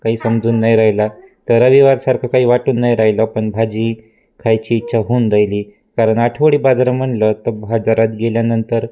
काही समजून नाही राहिला तर रविवारसारखं काही वाटून नाही राहिलं पण भाजी खायची इच्छा होऊन राहिली आहे कारण आठवडी बाजार म्हणलं तर बाजारात गेल्यानंतर